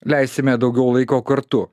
leisime daugiau laiko kartu